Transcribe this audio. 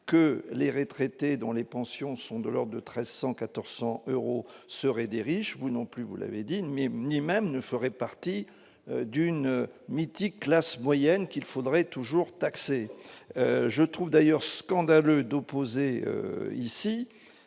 que les retraités dont les pensions sont de leur de 1300 1400 euros seraient des riches, vous non plus vous l'avez dit, mais ni même ne feraient partie d'une mythique classe moyenne qu'il faudrait toujours taxés je trouve d'ailleurs scandaleux d'opposer ici